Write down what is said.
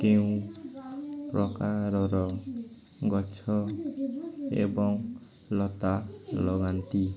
କେଉଁ ପ୍ରକାରର ଗଛ ଏବଂ ଲତା ଲଗାନ୍ତି